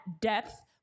depth